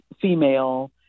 female